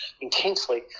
intensely